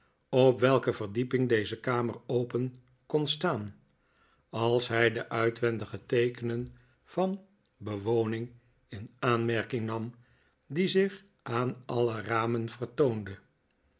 op welke verdieping deze kamer open kon staan als hij de uitwendige teekenen van bewoning in aanmerking nam die zich aan alle ramen vertoonden